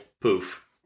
poof